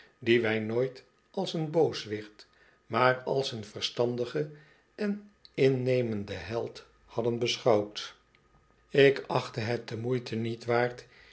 dien wij nooit als een booswicht maar als een verstandigen en innemenden held hadden beschouwd ik achtte het de moeite niet waard